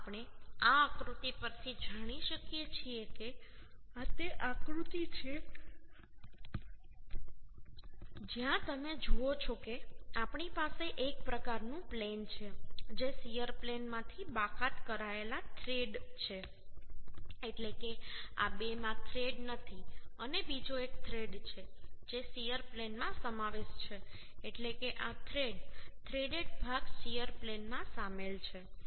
આ આપણે આ આકૃતિ પરથી જાણી શકીએ છીએ કે આ તે આકૃતિ છે જ્યાં તમે જુઓ છો કે આપણી પાસે એક પ્રકારનું પ્લેન છે જે શીયર પ્લેનમાંથી બાકાત કરાયેલા થ્રેડ છે એટલે કે આ બેમાં થ્રેડ નથી અને બીજો એક થ્રેડ છે જે શીયર પ્લેનમાં સમાવિષ્ટ છે એટલે કે આ થ્રેડ થ્રેડેડ ભાગ શીયર પ્લેનમાં શામેલ છે